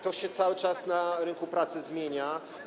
To się cały czas na rynku pracy zmienia.